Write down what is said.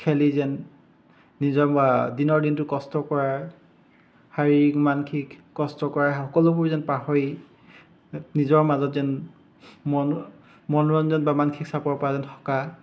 খেলি যেন নিজৰ দিনৰ দিনটো কষ্ট কৰাৰ শাৰীৰিক মানসিক কষ্ট কৰাৰ সকলোবোৰ যেন পাহৰি নিজৰ মাজত যেন মন মনোৰঞ্জন বা মানসিক চাপৰ পৰা যেন সকাহ